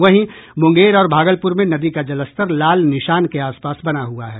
वहीं मुंगेर और भागलपुर में नदी का जलस्तर लाल निशान के आसपास बना हुआ है